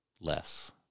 less